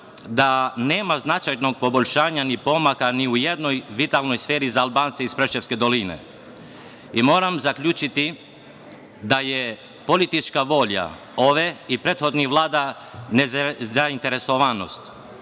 da nema značajnog poboljšanja ni pomaka ni u jednoj vitalnoj sferi za Albance iz Preševske doline i moram zaključiti da je politička volja ove i prethodnih vlada nezainteresovanost,